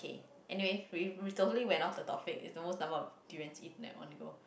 anyway we we totally went off the topic it's the most number of durians eaten at one go